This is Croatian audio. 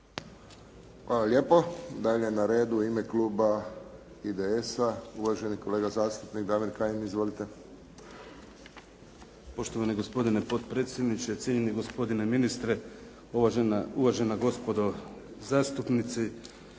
Hvala lijepo. Dalje na redu u ime kluba IDS-a uvaženi kolega zastupnik Damir Kajin, izvolite. **Kajin, Damir (IDS)** Poštovani gospodine potpredsjedniče, cijenjeni gospodine ministre, uvažena gospodo zastupnici.